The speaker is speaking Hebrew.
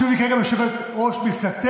שהיא במקרה גם יושבת-ראש מפלגתך.